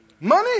Money